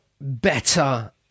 better